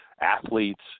athletes